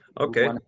Okay